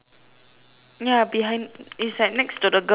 ya behind is like next to the girl behind lor